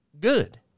good